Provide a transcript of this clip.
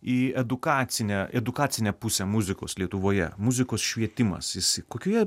į edukacinę edukacinę pusę muzikos lietuvoje muzikos švietimas jis kokioje